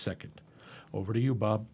second over to you bob